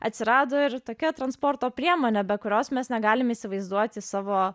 atsirado ir tokia transporto priemonė be kurios mes negalim įsivaizduoti savo